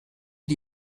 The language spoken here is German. die